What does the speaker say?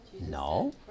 No